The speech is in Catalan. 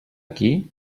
qui